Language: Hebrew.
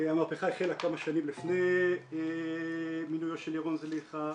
המהפכה החלה כמה שנים לפני מינויו של ירון זליכה,